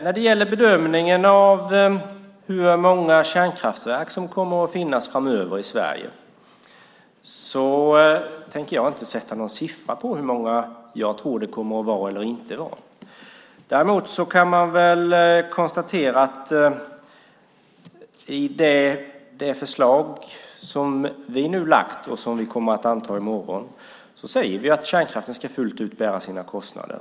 När det gäller bedömningen av hur många kärnkraftverk som kommer att finnas framöver i Sverige tänker jag inte sätta någon siffra. Däremot kan man konstatera att vi i det förslag som vi har lagt fram och som riksdagen kommer att anta i morgon säger att kärnkraften fullt ut ska bära sina kostnader.